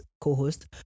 co-host